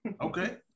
Okay